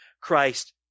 Christ